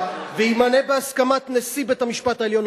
וימנה בהסכמת נשיא בית-המשפט העליון,